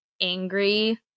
angry